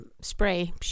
spray